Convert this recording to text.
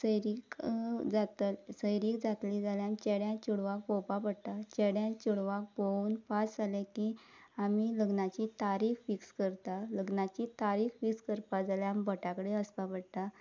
सैरीक जातल सैरीक जातली जाल्यार चेड्यान चेडवाक पळोवपाक पडटा चेड्यान चेडवाक पळोवन पास जालें की आमी लग्नाची तारीख फिक्स करता लग्नाची तारीख फिक्स करपाक जाल्यार आमी भटा कडेन वसपा पडटा